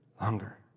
longer